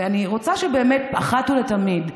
ואני רוצה שבאמת אחת ולתמיד,